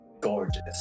gorgeous